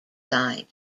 side